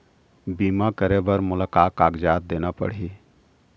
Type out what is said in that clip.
बीमा करे बर मोला का कागजात देना पड़ही?